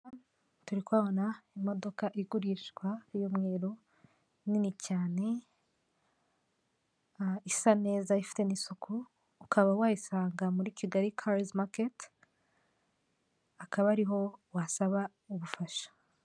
Minisitiri w'intebe w'u Rwanda wabanjirije uriho ubu ngubu, uyu mugabo yitwa Anastase Murekezi akaba yambaye ikoti y'umukara ndetse n'ishati y'umweru n'amadarubindi.